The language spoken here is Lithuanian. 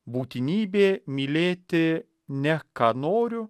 būtinybė mylėti ne ką noriu